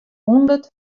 hûndert